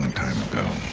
time ago.